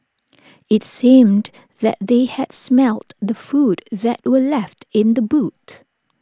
IT seemed that they had smelt the food that were left in the boot